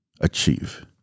achieve